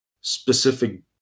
specific